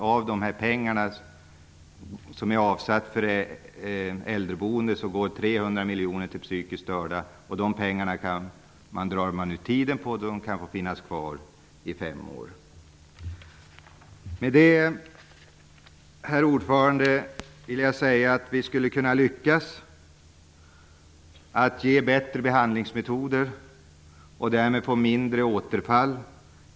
Av de pengar som är avsatta för äldreboende går 300 miljoner kronor till psykiskt störda. De pengarna kan få finnas kvar i fem år. Med detta, herr talman, vill jag säga att vi skulle kunna lyckas med att ge bättre behandlingsmetoder. Därmed får vi färre återfall.